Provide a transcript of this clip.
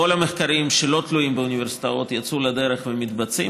כל המחקרים שלא תלויים באוניברסיטאות יצאו לדרך ומתבצעים.